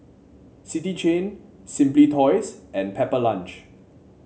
City Chain Simply Toys and Pepper Lunch